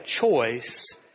choice